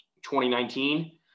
2019